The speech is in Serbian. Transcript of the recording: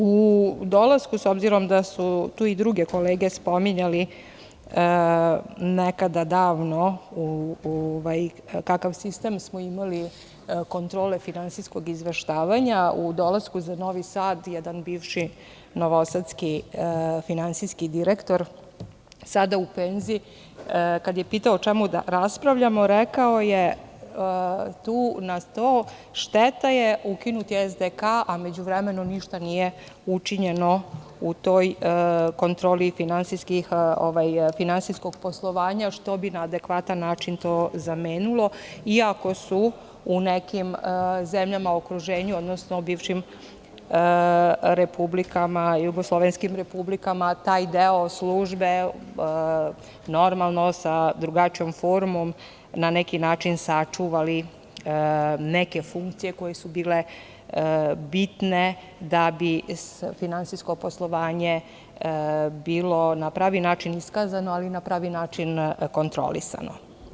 U dolasku, s obzirom da su i druge kolege spominjale, nekada davno, kakav sistem smo imali kontrole finansijskog izveštavanja, za Novi Sad jedan bivši novosadski finansijski direktor, sada u penziji, kada je pitao o čemu raspravljamo, rekao je – šteta je ukinuti SDK, a u međuvremenu ništa nije učinjeno u toj kontroli finansijskog poslovanja, što bi na adekvatan način to zamenilo, iako su u nekim zemljama u okruženju, odnosno bivšim republikama, taj deo službe na neki način sačuvali neke funkcije koje su bile bitne kako bi finansijsko poslovanje bilo na pravi način iskazano i na pravi način kontrolisano.